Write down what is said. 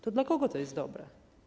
To dla kogo to jest dobre?